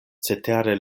cetere